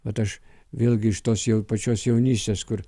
vat aš vėlgi iš tos jau pačios jaunystės kur